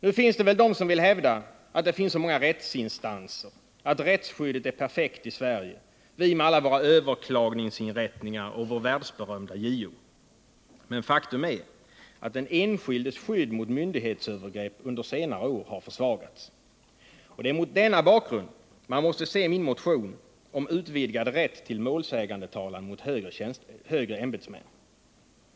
Nu finns det väl de som vill hävda att det finns så många rättsinstanser, att rättsskyddet är perfekt i Sverige — vi med alla våra överklagningsinrättningar och vår världsberömda JO. Men faktum är att den enskildes skydd mot myndighetsövergrepp under senare år har försvagats. Det är mot denna bakgrund man måste se min motion om utvidgad rätt till målsägandetalan mot högre ämbetsmän.